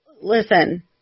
listen